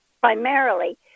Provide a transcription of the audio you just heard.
primarily